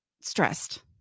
stressed